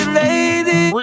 lady